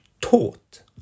taught